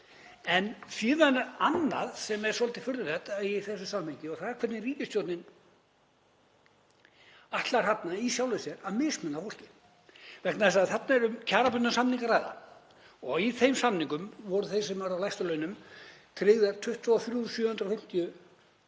Síðan er annað sem er svolítið furðulegt í þessu samhengi og það er hvernig ríkisstjórnin ætlar í sjálfu sér að mismuna fólki vegna þess að þarna er um kjarabundna samninga að ræða og í þeim samningum voru þeim sem eru á lægstu launum tryggðar 23.750